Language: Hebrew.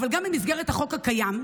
אבל גם במסגרת החוק הקיים,